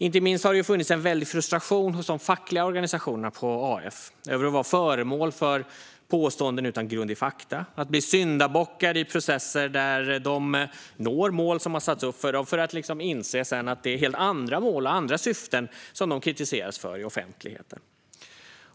Inte minst har det funnits en väldig frustration hos de fackliga organisationerna på Arbetsförmedlingen över att vara föremål för påståenden utan grund i fakta och att bli syndabockar i processer där de når mål som har satts upp för dem för att sedan inse att det är helt andra mål och andra syften som de kritiseras för i offentligheten.